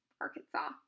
Arkansas